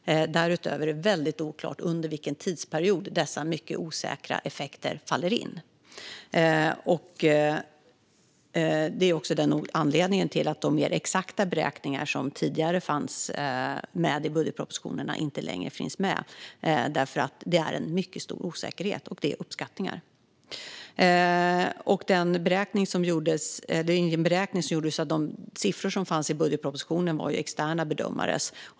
Därutöver är det väldigt oklart under vilken tidsperiod dessa mycket osäkra effekter faller in. Det är också anledningen till att de mer exakta beräkningar som tidigare fanns med i budgetpropositionerna inte längre gör det. Det finns nämligen en mycket stor osäkerhet. Det är uppskattningar. De siffror som finns i budgetpropositionen är externa bedömares.